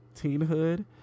teenhood